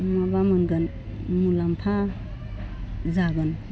माबा मोनगोन मुलाम्फा जागोन